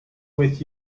with